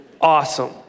Awesome